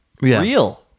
real